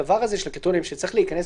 הדבר הזה של הקריטריונים שצריך להיכנס